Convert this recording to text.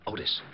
Otis